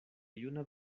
juna